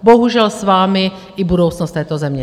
Bohužel s vámi i budoucnost této země!